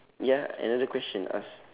ya another question ask